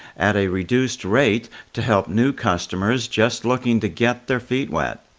at a reduced rate to help new customers just looking to get their feet wet.